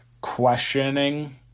questioning